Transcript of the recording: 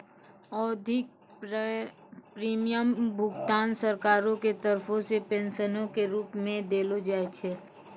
आवधिक प्रीमियम भुगतान सरकारो के तरफो से पेंशनो के रुप मे देलो जाय छै